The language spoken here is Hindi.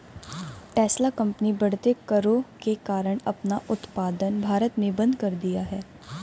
टेस्ला कंपनी बढ़ते करों के कारण अपना उत्पादन भारत में बंद कर दिया हैं